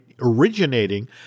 originating